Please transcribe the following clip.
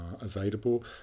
available